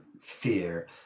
fear